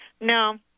no